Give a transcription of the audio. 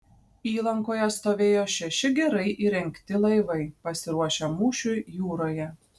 įlankoje stovėjo šeši gerai įrengti laivai pasiruošę mūšiui jūroje